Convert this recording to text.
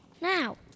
now